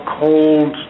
cold